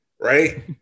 right